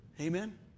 Amen